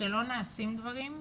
שלא נעשים דברים,